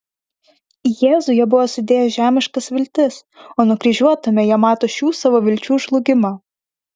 į jėzų jie buvo sudėję žemiškas viltis o nukryžiuotame jie mato šių savo vilčių žlugimą